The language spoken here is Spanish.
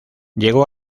llegó